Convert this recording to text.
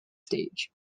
stage